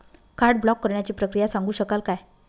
Card block करण्याची प्रक्रिया सांगू शकाल काय?